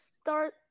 start